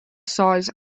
size